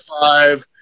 five